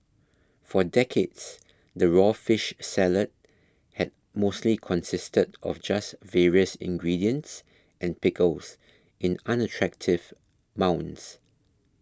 for decades the raw fish salad had mostly consisted of just various ingredients and pickles in unattractive mounds